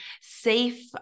safe